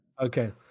Okay